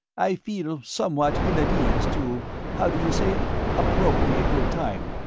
i feel somewhat ill at ease to how do you say it appropriate your time,